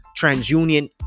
TransUnion